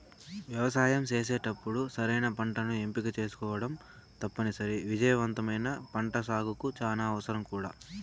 వ్యవసాయం చేసేటప్పుడు సరైన పంటను ఎంపిక చేసుకోవటం తప్పనిసరి, విజయవంతమైన పంటసాగుకు చానా అవసరం కూడా